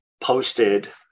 posted